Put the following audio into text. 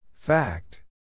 Fact